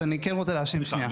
אז אני כן רוצה להשלים שנייה.